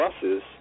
buses